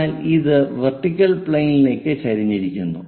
എന്നാൽ ഇത് വെർട്ടിക്കൽ പ്ലെയിനിലേക്ക് ചരിഞ്ഞിരിക്കുന്നു